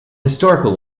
historical